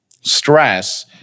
stress